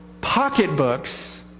pocketbooks